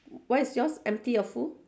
what is yours empty or full